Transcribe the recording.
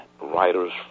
writers